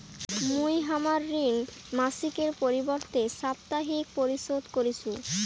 মুই হামার ঋণ মাসিকের পরিবর্তে সাপ্তাহিক পরিশোধ করিসু